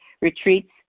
Retreats